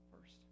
first